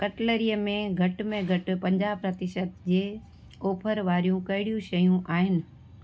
कटलरीअ में घटि में घटि पंजाहु प्रतिशत जे ऑफर वारियूं कहिड़ियूं शयूं आहिनि